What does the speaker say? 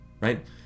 right